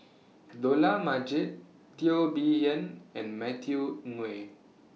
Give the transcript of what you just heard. Dollah Majid Teo Bee Yen and Matthew Ngui